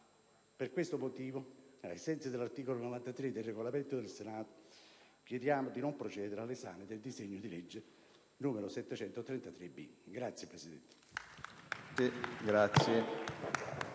Per questo motivo, ai sensi dell'articolo 93 del Regolamento del Senato, chiediamo di non procedere all'esame del disegno di legge n. 733-B. *(Applausi